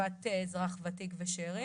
קצבת אזרח ותיק ושאירים,